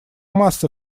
масса